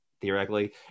theoretically